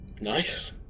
nice